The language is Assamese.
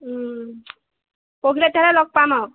পৰহিলৈ তেতিয়াহ'লে লগ পাম আৰু